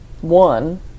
one